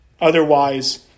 Otherwise